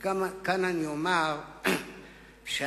כאן אני אומר שההשפעה